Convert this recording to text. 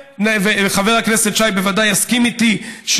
וחבר הכנסת שי בוודאי יסכים איתי,